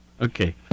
Okay